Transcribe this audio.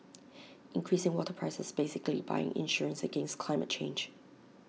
increasing water prices is basically buying insurance against climate change